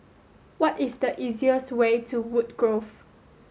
what is the easiest way to Woodgrove